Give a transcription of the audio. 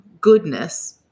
goodness